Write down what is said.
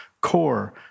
Core